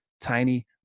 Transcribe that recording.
tiny